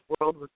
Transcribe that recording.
World